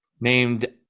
named